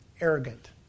arrogant